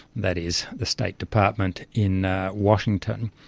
that is the state department in washington,